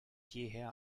jeher